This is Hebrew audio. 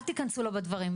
אל תיכנסו לו בדברים.